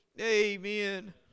Amen